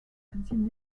consume